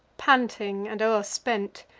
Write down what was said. panting, and o'erspent,